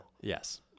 Yes